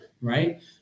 right